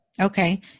Okay